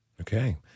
Okay